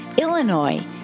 Illinois